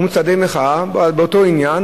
אומרים צעדי מחאה באותו עניין,